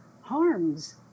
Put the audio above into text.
harms